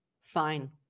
fine